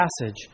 passage